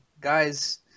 guys